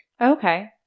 okay